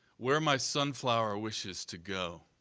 where my sunflower wishes to go.